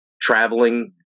traveling